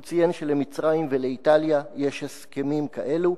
הוא ציין שלמצרים ולאיטליה יש הסכמים כאלה.